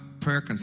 prayer